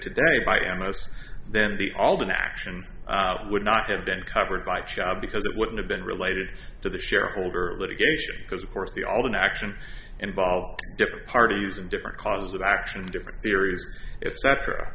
today by and most then the all the action would not have been covered by job because it wouldn't have been related to the shareholder litigation because of course the all the action involved different parties and different causes of action different theories et